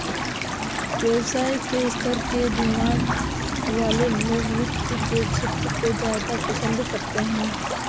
व्यवसाय के स्तर के दिमाग वाले लोग वित्त के क्षेत्र को ज्यादा पसन्द करते हैं